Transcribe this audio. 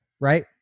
right